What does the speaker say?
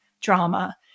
drama